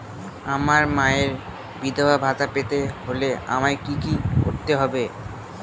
আমার মায়ের বিধবা ভাতা পেতে হলে আমায় কি কি করতে হবে?